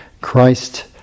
Christ